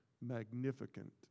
magnificent